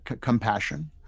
compassion